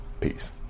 Peace